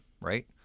Right